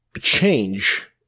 change